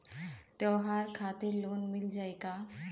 त्योहार खातिर लोन मिल जाई का?